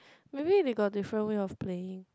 maybe they got different way of playing